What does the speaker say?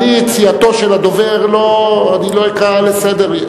אני את סיעתו של הדובר לא אקרא לסדר.